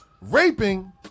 raping